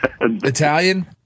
Italian